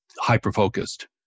hyper-focused